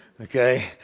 Okay